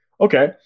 Okay